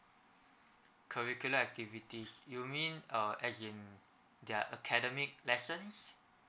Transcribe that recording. curricular activities you mean uh as in their academic lessons